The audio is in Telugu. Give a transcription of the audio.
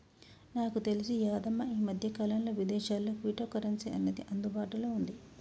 నాకు తెలిసి యాదమ్మ ఈ మధ్యకాలంలో విదేశాల్లో క్విటో కరెన్సీ అనేది అందుబాటులో ఉంది